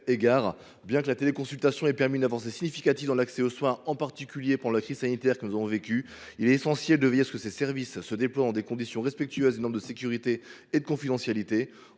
Bien que la téléconsultation ait permis une avancée significative dans l’accès aux soins, en particulier pendant la crise sanitaire que nous avons vécue, il est essentiel de veiller à ce que ces services se déploient dans des conditions respectueuses des normes de sécurité et de confidentialité.